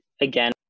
again